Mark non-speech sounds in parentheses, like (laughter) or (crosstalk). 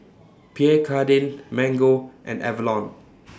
(noise) Pierre Cardin Mango and Avalon